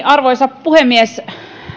arvoisa puhemies